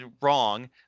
wrong